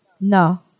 No